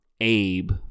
Abe